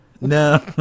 No